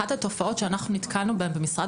אחת התופעות שאנחנו נתקלנו בהן במשרד